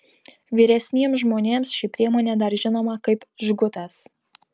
vyresniems žmonėms ši priemonė dar žinoma kaip žgutas